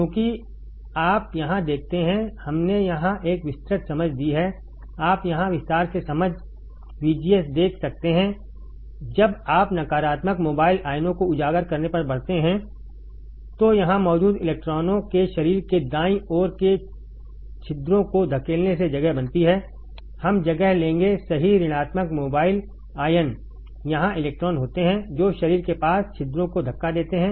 क्योंकि आप यहां देखते हैं हमने यहां एक विस्तृत समझ दी है आप यहां विस्तार से समझ VGS देख सकते हैं जब आप नकारात्मक मोबाइल आयनों को उजागर करने पर बढ़ते हैं तो यहां मौजूद इलेक्ट्रॉनों के शरीर के दाईं ओर के छिद्रों को धकेलने से जगह बनती है हम जगह लेंगे सही ऋणात्मक मोबाइल आयन यहां इलेक्ट्रॉन होते हैं जो शरीर के पास छिद्रों को धक्का देते हैं